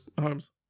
homes